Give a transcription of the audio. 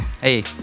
Hey